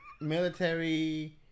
military